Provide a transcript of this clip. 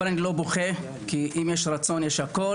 אבל אני לא בוכה, כי אם יש רצון, יש הכול.